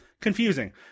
Confusing